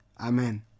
Amen